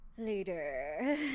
later